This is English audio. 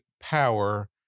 power